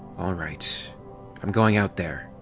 all right i'm going out there!